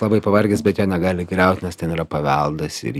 labai pavargęs bet jo negali griaut nes ten yra paveldas ir